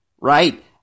Right